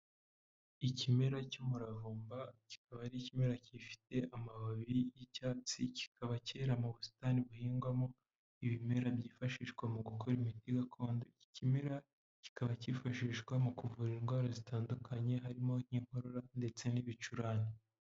Ikimera cy'umuravumba, kikaba ari ikimera gifite amababi y'icyatsi, kikaba cyera mu busitani buhingwamo ibimera byifashishwa mu gukora imiti gakondo, iki kimera kikaba cyifashishwa mu kuvura indwara zitandukanye harimo nk'inkorora ndetse n'ibicurane.